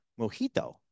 mojito